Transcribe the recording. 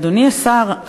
אדוני השר,